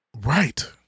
Right